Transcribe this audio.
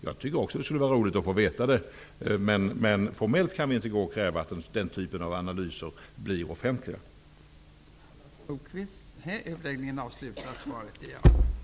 Jag tycker också att det skulle vara roligt att få reda på resultatet, men formellt sett kan regeringen inte kräva att den typen av analyser skall offentliggöras.